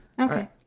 Okay